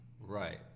Right